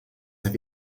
have